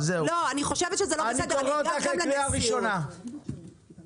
אם אין לכם מספיק כלים בחוק הקיים,